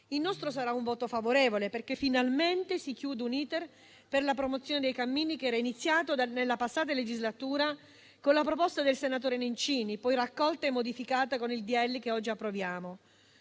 Il nostro sarà un voto favorevole, perché finalmente si chiude un *iter* per la promozione dei cammini che era iniziato nella passata legislatura con la proposta del senatore Nencini, poi raccolta e modificata con il disegno di